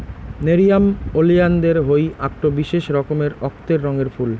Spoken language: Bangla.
নেরিয়াম ওলিয়ানদের হই আকটো বিশেষ রকমের অক্তের রঙের ফুল